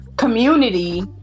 community